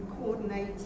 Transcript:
coordinate